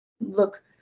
look